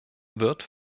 wird